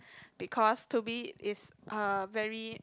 because Toby is a very